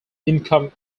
income